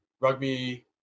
rugby